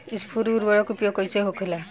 स्फुर उर्वरक के उपयोग कईसे होखेला?